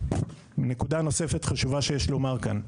נקודה נוספת חשובה שיש לומר כאן.